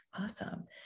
awesome